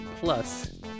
plus